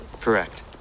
Correct